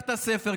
העתקת ספר,